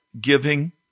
giving